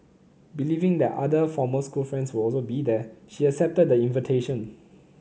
believing that other former school friends would also be there she accepted the invitation